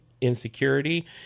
insecurity